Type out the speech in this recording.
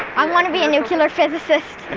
i want to be a nuclear physicist.